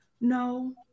No